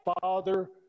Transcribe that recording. father